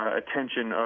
attention